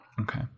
Okay